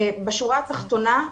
בשורה התחתונה,